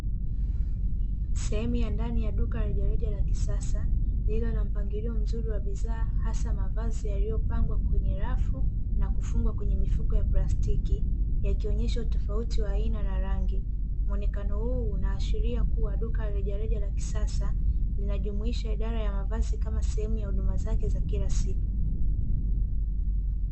Sehemu ya ndani ya duka la rejareja la kisasa, lililo na mpangilio mzuri wa bidhaa hasa mavazi yaliyopangwa kwenye rafu na kufungwa kwenye mifuko ya plastiki, yakionyesha utofauti wa aina na rangi. Muonekano huu unaashiria kuwa duka la rejareja la kisasa linajumuisha idara ya mavazi kama sehemu ya huduma zake za kila siku.